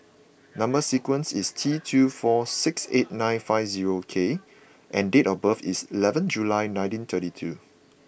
number sequence is T two four six eight nine five zero K and date of birth is eleventh July nineteen thirty two